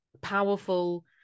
powerful